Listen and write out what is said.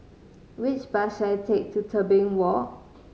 which bus should I take to Tebing Walk